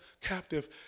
captive